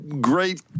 great